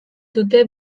dute